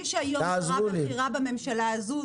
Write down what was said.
מי שהיום שרה בכירה בממשלה הזו,